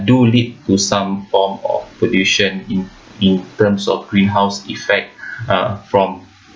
do lead to some form of pollution in in terms of greenhouse effect uh from